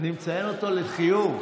אני מציין אותו לחיוב.